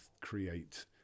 create